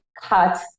cut